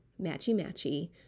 matchy-matchy